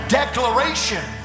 declaration